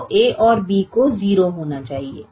तो a और b को 0 होना चाहिए